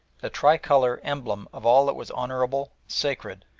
the tricolour, emblem of all that was honourable, sacred,